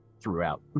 throughout